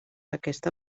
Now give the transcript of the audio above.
aquesta